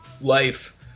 life